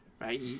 right